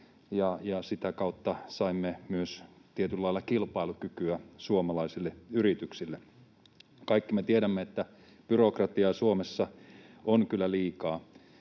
sitä kautta saimme myös tietyllä lailla kilpailukykyä suomalaisille yrityksille. Kaikki me tiedämme, että byrokratiaa Suomessa on kyllä liikaa.